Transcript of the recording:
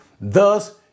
Thus